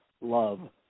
love